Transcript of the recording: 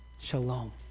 Shalom